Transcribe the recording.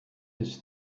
his